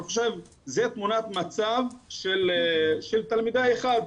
אני חושב שזה תמונת מצב של תלמידה אחת,